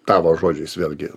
tavo žodžiais vėlgi